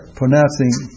pronouncing